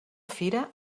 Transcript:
fira